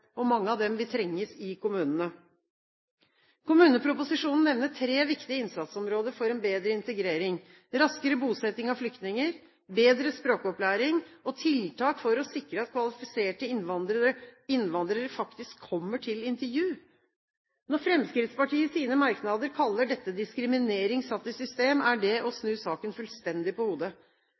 arbeidsmarkedet. Mange av dem vil trenges i kommunene. Kommuneproposisjonen nevner tre viktige innsatsområder for en bedre integrering – raskere bosetting av flyktninger, bedre språkopplæring og tiltak for å sikre at kvalifiserte innvandrere faktisk kommer til intervju. Når Fremskrittspartiet i sine merknader kaller dette diskriminering satt i system, er det å snu saken fullstendig på hodet.